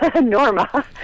Norma